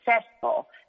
successful